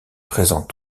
présents